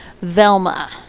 Velma